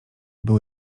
był